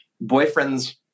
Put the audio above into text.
boyfriend's